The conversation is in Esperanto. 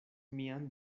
mian